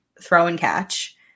throw-and-catch